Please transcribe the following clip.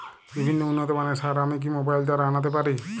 বিভিন্ন উন্নতমানের সার আমি কি মোবাইল দ্বারা আনাতে পারি?